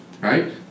right